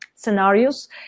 scenarios